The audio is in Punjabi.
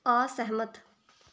ਅਸਹਿਮਤ